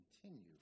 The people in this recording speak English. continue